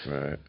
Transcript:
Right